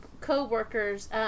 co-workers